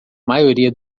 maioria